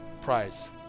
prize